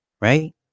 Right